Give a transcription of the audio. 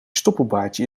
stoppelbaardje